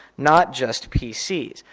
not just pcs.